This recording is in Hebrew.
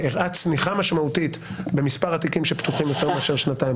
שהראה צניחה משמעותית במספר התיקים שפתוחים יותר משנתיים,